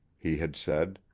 he had said.